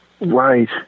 right